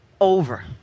over